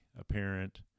apparent